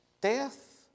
Death